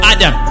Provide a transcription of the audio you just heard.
Adam